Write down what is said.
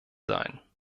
sein